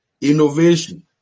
innovation